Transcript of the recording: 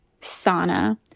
sauna